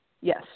Yes